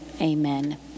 Amen